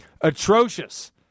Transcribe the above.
Atrocious